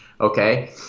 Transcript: okay